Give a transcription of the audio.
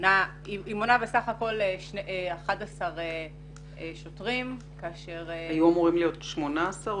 מונה בסך הכול 11 שוטרים כאשר --- היו אמורים להיות 18?